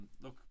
look